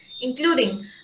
including